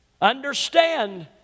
Understand